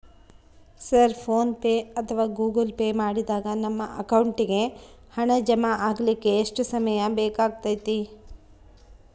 Sir PhonePe ಅಥವಾ Google Pay ಮಾಡಿದಾಗ ನಮ್ಮ ಅಕೌಂಟಿಗೆ ಹಣ ಜಮಾ ಆಗಲಿಕ್ಕೆ ಎಷ್ಟು ಸಮಯ ಬೇಕಾಗತೈತಿ?